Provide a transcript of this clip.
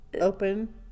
Open